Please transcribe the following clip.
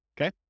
okay